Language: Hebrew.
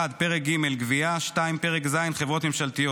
(1) פרק ג' (גבייה); (2) פרק ז' חברות ממשלתיות.